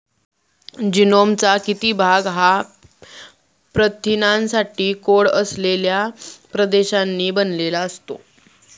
जीनोमचा किती भाग हा प्रथिनांसाठी कोड असलेल्या प्रदेशांनी बनलेला असतो?